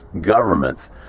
governments